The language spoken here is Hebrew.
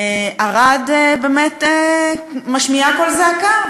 באמת משמיעה קול זעקה,